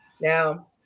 Now